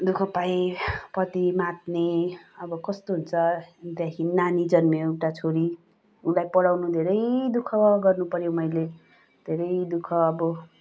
दुःख पाए पति मात्ने अब कस्तो हुन्छ त्यहाँदेखि नानी जन्मियो एउटा छोरी उसलाई पढाउनु धेरै दुःख गर्नु पऱ्यो मैले धेरै दुःख अब